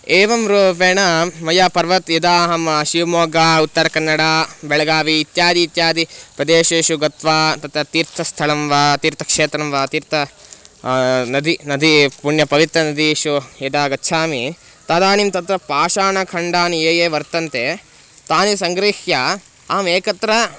एवं रूपेण मया पर्वतं यदा अहं शिवमोग्गा उत्तरकन्नडा बेळगावी इत्यादिषु इत्यादिषु प्रदेशेषु गत्वा तत्र तीर्थस्थलं वा तीर्थक्षेत्रं वा तीर्थं नदी नदी पुण्यपवित्रनदीषु यदा गच्छामि तदानीं तत्र पाषाणखण्डानि यानि यानि वर्तन्ते तानि सङ्ग्रिह्य अहमेकत्र